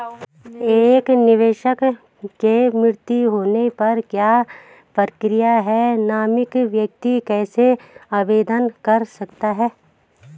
एक निवेशक के मृत्यु होने पर क्या प्रक्रिया है नामित व्यक्ति कैसे आवेदन कर सकता है?